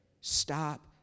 Stop